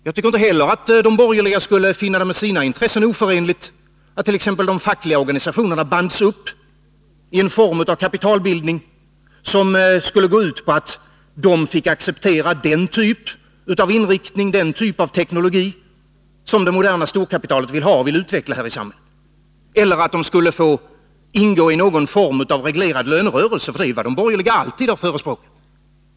Jag tycker inte heller att de borgerliga skulle finna det med sina intressen oförenligt att t.ex. de fackliga organisationerna bands upp i en form av kapitalbildning som skulle gå ut på att de fick acceptera den typ av inriktning, den typ av teknologi, som det moderna storkapitalet vill ha och vill utveckla här i samhället eller att de skulle ingå i någon form av reglerad lönerörelse, för det är ju vad de borgerliga alltid har förespråkat.